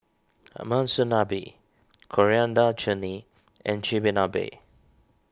Ah Monsunabe Coriander Chutney and Chigenabe